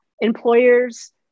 Employers